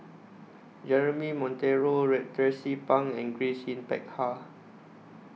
Jeremy Monteiro Tracie Pang and Grace Yin Peck Ha